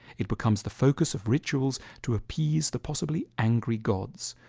it becomes the focus of rituals to appease the possibly angry gods.